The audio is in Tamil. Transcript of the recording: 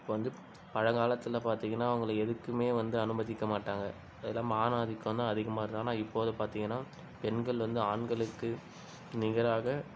இப்போ வந்து பழங்காலத்தில் பார்த்திங்கன்னா அவங்கள எதுக்குமே வந்து அனுமதிக்க மாட்டங்க அதில் ஆணாதிக்கம் தான் அதிகமாகருக்கு ஆனால் இப்போது பார்த்திங்கன்னா பெண்கள் வந்து ஆண்களுக்கு நிகராக